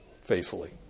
faithfully